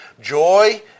Joy